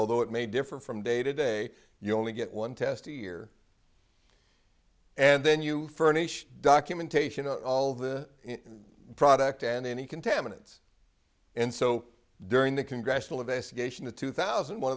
although it may differ from day to day you only get one test a year and then you furnish documentation of all the product and any contaminants and so during the congressional investigation of two thousand and one